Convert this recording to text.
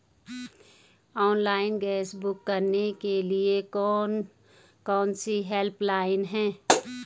Online gas book करने के लिए कौन कौनसी हेल्पलाइन हैं?